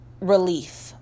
relief